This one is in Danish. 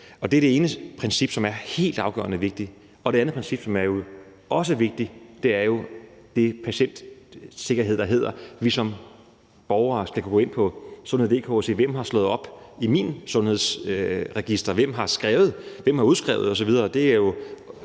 Det er det ene princip, som er helt afgørende vigtigt. Det andet princip, som også er vigtigt, er jo den patientsikkerhed, der ligger i, at vi som borgere skal kunne gå ind på www.sundhed.dk og se, hvem der har slået op i vores sundhedsregister, hvem der har skrevet, hvem der har udskrevet osv.